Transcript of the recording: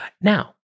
Now